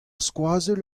skoazell